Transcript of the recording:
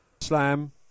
slam